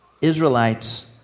Israelites